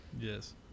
Yes